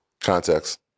Context